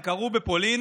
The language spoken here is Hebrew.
הם קרו בפולין,